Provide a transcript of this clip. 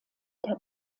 der